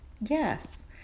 Yes